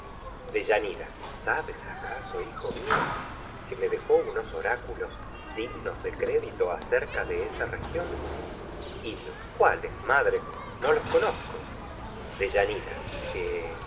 de eurito deyanira sabes acaso hijo mío que me dejó unos oráculos dignos de crédjto acerca de esa región hil lo cuáles madre no los conozco deyanira que